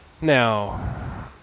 now